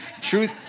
Truth